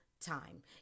time